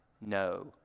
No